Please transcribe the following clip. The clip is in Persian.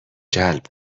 جلب